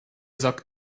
sorgt